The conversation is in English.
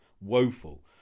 Woeful